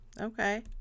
Okay